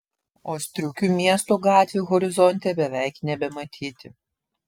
o striukių miesto gatvių horizonte beveik nebematyti